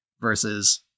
Versus